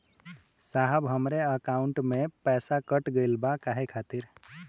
साहब हमरे एकाउंट से पैसाकट गईल बा काहे खातिर?